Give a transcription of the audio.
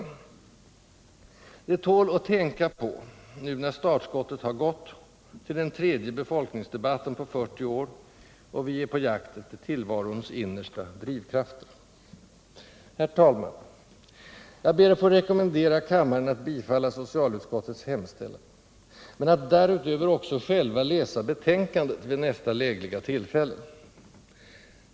Det tål att tänka på, nu när startskottet har gått till den tredje befolkningsdebatten på 40 år och vi är på jakt efter tillvarons innersta drivkrafter. Herr talman! Jag ber att få rekommendera kammaren att bifalla socialutskottets hemställan men att därutöver också läsa själva betänkandet vid nästa lägliga tillfälle.